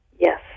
Yes